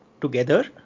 together